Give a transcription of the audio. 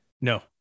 No